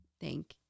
thank